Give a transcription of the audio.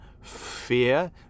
fear